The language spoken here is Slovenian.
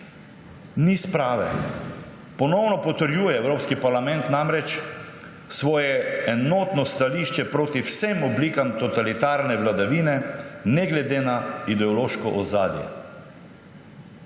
Ni sprave. Ponovno potrjuje Evropski parlament namreč svoje enotno stališče proti vsem oblikam totalitarne vladavine ne glede na ideološko ozadje.